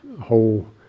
whole